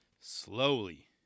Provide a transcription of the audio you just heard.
Slowly